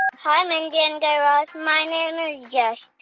um hi, mindy and guy raz. my name yeah